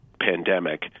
pandemic